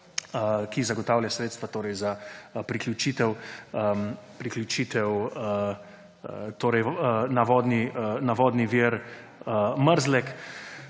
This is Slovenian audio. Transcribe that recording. ki zagotavlja sredstva za priključitev na vodni vir Mrzlek